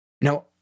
Now